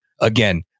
again